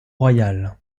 royal